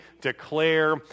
declare